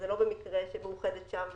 וזה לא במקרה שמאוחדת שם,